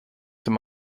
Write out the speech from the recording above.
dem